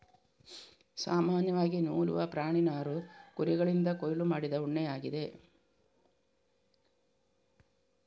ಸಾಮಾನ್ಯವಾಗಿ ನೂಲುವ ಪ್ರಾಣಿ ನಾರು ಕುರಿಗಳಿಂದ ಕೊಯ್ಲು ಮಾಡಿದ ಉಣ್ಣೆಯಾಗಿದೆ